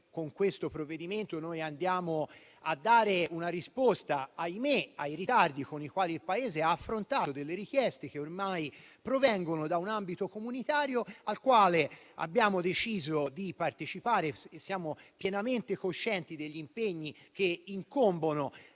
con questo provvedimento si va a dare una risposta, ahimè, ai ritardi con i quali il Paese ha affrontato delle richieste che ormai provengono da un ambito comunitario al quale abbiamo deciso di partecipare. Siamo pienamente coscienti degli impegni che incombono: